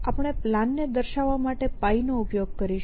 અને આપણે પ્લાન ને દર્શાવવા માટે π નો ઉપયોગ કરીશું